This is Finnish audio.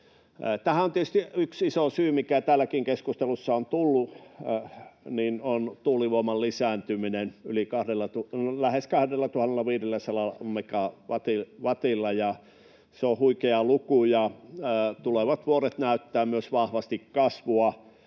Tähän tietysti yksi iso syy, mikä täälläkin keskustelussa on tullut esille, on tuulivoiman lisääntyminen lähes 2 500 megawatilla. Se on huikea luku, ja tulevat vuodet näyttävät myös vahvasti kasvua,